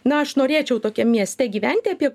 na aš norėčiau tokiam mieste gyventi apie